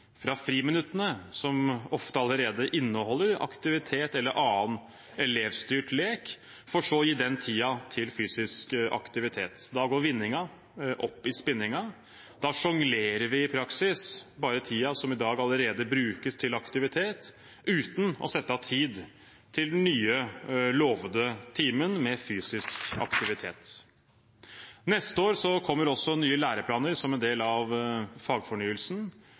fra friminuttene, som ofte allerede inneholder aktivitet eller annen elevstyrt lek, for så å gi den tiden til fysisk aktivitet. Da går vinninga opp i spinninga. Da sjonglerer vi i praksis bare tiden som i dag allerede brukes til aktivitet, uten å sette av tid til den nye lovte timen med fysisk aktivitet. Neste år kommer også nye læreplaner som en del av fagfornyelsen.